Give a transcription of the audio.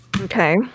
Okay